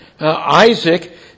Isaac